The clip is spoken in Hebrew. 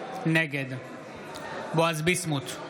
נגד בועז ביסמוט,